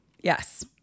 yes